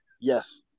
Yes